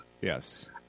Yes